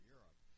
Europe